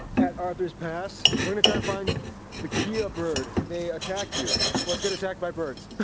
at arthurs pass we're gonna try to find the kea ah bird. they attack you. so let's get attacked by birds.